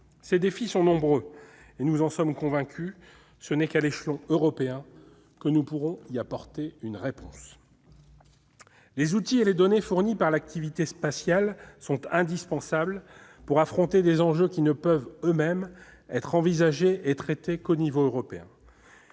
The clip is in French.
Ceux-ci sont nombreux, et, nous en sommes convaincus, ce n'est qu'à l'échelon européen que nous pourrons y apporter une réponse. Les outils et les données fournis par l'activité spatiale sont indispensables pour affronter des enjeux qui ne peuvent eux-mêmes être envisagés et traités qu'au niveau européen.